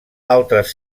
altres